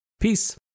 Peace